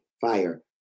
Fire